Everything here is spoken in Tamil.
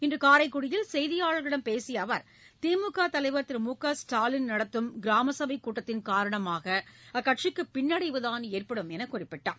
இன்று காரைக்குடியில் செய்தியாளர்களிடம் பேசிய அவர் திமுக தலைவர் திரு மு க ஸ்டாலின் நடத்தும் கிராமசபை கூட்டத்தின் காரணமாக அக்கட்சிக்கு பின்னடைவுதான் ஏற்படும் என்றும் குறிப்பிட்டார்